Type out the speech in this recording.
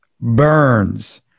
burns